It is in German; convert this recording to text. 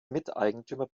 miteigentümer